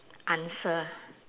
answer